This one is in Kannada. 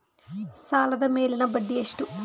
ಸಾಲದ ಮೇಲಿನ ಬಡ್ಡಿ ಎಷ್ಟು?